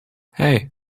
hey